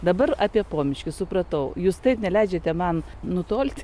dabar apie pomiškius supratau jūs taip neleidžiate man nutolt